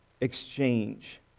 exchange